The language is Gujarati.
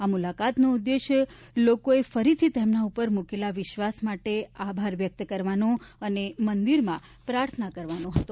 આ મુલાકાતનો ઉદ્દેશ્ય લોકોએ ફરીથી તેમના ઉપર મૂકેલા વિશ્વાસ માટે આભાર વ્યક્ત કરવાને અને મંદિરમાં પ્રાર્થના કરવાનો હતો